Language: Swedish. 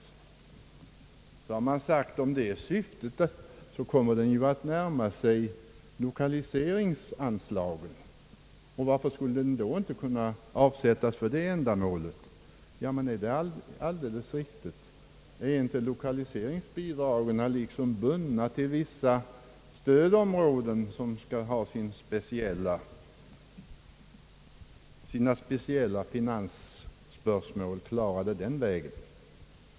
Mot det har man invänt att om detta är syftet, kommer fonden ju till sin karaktär att närma sig lokaliseringsanslaget, och varför skulle den då inte kunna avsättas för det ändamålet? Men är det alldeles riktigt? Är inte lokaliseringsbidragen liksom bundna till vissa stödområden, som skall få sina speciella finansieringsspörsmål klarade den vägen?